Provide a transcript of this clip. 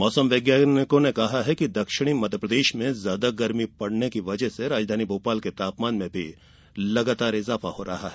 मौसम वैज्ञानिकों ने कहा है कि दक्षिणी मध्यप्रदेश में ज्यादा गर्मी पड़ने की वजह से रातधानी भोपाल के तापमान में लगातार ईजाफा हो रहा है